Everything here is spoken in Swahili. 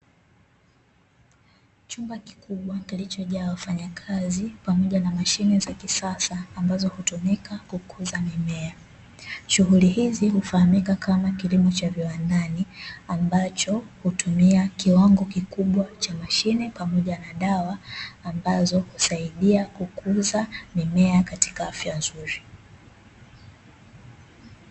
Chumba kikubwa kilichojaa wafanyakazi pamoja na mashine za kisasa ambazo hutumika kukuza mimea, shughuli hizi hufahamika kama kilimo cha viwandani ambacho hutumia kiwango kikubwa cha mashine pamoja na dawa ambazo kusaidia kukuza mimea katika afya nzuri.